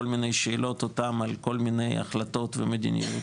מיני שאלות על כל מיני החלטות ומדיניות